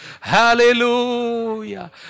Hallelujah